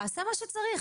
אעשה מה שצריך.